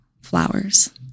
flowers